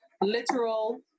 literal